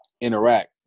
interact